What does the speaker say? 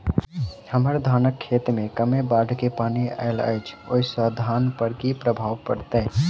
हम्मर धानक खेत मे कमे बाढ़ केँ पानि आइल अछि, ओय सँ धान पर की प्रभाव पड़तै?